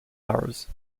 arrows